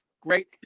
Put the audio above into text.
great